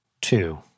two